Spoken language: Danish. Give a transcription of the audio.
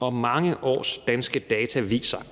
og mange års danske data viser,